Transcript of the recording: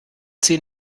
sie